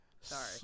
Sorry